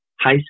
high